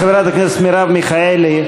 חברת הכנסת מרב מיכאלי,